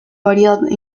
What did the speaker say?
variedad